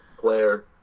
player